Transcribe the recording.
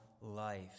life